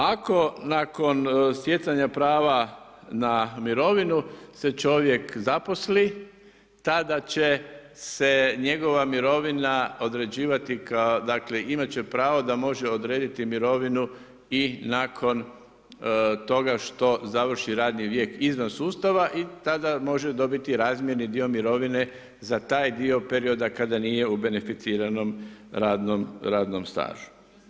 Ako nakon stjecanja prava na mirovinu se čovjek zaposli, tada će se njegova mirovina određivati kao, dakle, imati će pravo da može odrediti mirovinu i nakon toga što završi radni vijek izvan sustava i tada može dobiti razmjeni dio mirovini za taj dio perioda kada nije u beneficiranom radnom stažu.